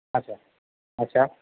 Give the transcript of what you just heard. আচ্ছা আচ্ছা